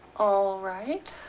all right.